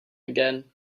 again